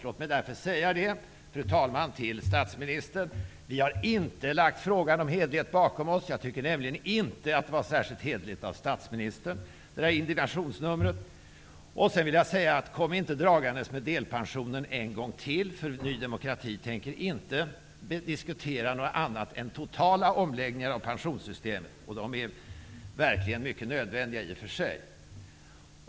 Låt mig därför, fru talman, säga till statsministern: Vi har inte lagt frågan om hederlighet bakom oss. Jag tycker nämligen inte att det där indignationsnumret var särskilt hederligt av statsministern. Sedan vill jag säga: Kom inte dragande med delpensionen en gång till! Ny demokrati tänker inte diskutera någonting annat än totala omläggningar av pensionssystemet -- sådana är verkligen i och för sig mycket nödvändiga.